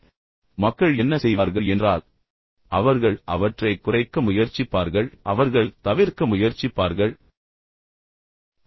எனவே மக்கள் என்ன செய்வார்கள் என்றால் அவர்கள் அவற்றைக் குறைக்க முயற்சிப்பார்கள் பின்னர் அவர்கள் தவிர்க்க முயற்சிப்பார்கள் எனவே அவர்கள் பார்வையாளர்களைப் பார்க்க விரும்பவில்லை